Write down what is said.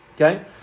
Okay